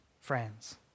friends